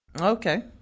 Okay